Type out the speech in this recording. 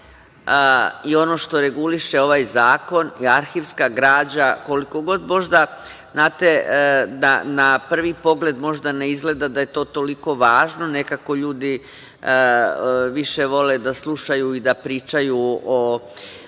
i ono što reguliše ovaj zakon i arhivska građa, koliko god možda, na prvi pogled možda ne izgleda da je to toliko važno, nekako ljudi više vole da slušaju i da pričaju o